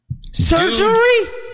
Surgery